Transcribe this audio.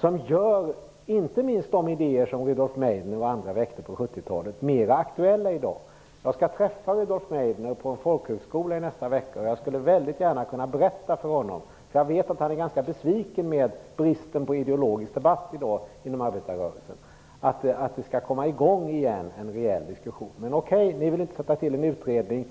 som gör de idéer som Rudolf Meidner och andra väckte på 70-talet mer aktuella i dag. Jag skall träffa Rudolf Meidner på en folkhögskola i nästa vecka. Jag skulle väldigt gärna vilja kunna berätta för honom att det skall komma i gång en rejäl diskussion igen. Jag vet att han är ganska besviken över bristen på ideologisk debatt inom arbetarrörelsen i dag. Okej, ni vill inte tillsätta en utredning.